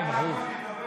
כן, ברור.